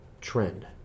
trend